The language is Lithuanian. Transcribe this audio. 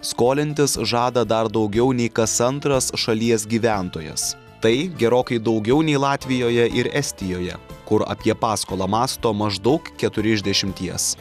skolintis žada dar daugiau nei kas antras šalies gyventojas tai gerokai daugiau nei latvijoje ir estijoje kur apie paskolą mąsto maždaug keturi iš dešimties